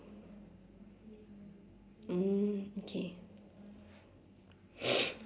mm okay